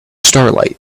starlight